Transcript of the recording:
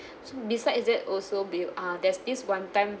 so beside that also be uh there's this one time